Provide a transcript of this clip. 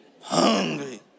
Hungry